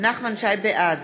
בעד